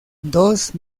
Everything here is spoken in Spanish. dos